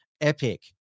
epic